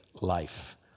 life